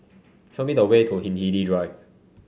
show me the way to Hindhede Drive